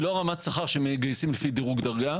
היא לא רמת שכר שמגייסים לפי דרגה,